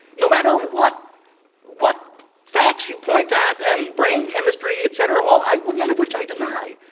no matter what what facts you point at, and brain chemistry, et cetera all i well, none of which i deny.